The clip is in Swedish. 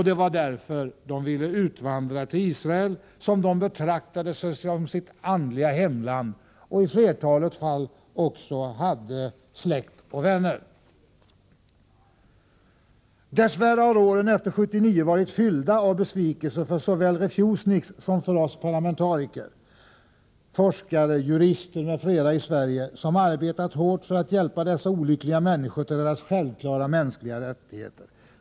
Det var därför de ville utvandra till Israel, som de betraktade som sitt andliga hemland och där de i flertalet fall också hade släkt och vänner. Dess värre har åren efter 1979 varit fyllda av besvikelser såväl för refusniks som för oss parlamentariker, forskare, jurister m.fl. i Sverige som har arbetat hårt för att hjälpa dessa olyckliga människor till deras självklara mänskliga rättigheter.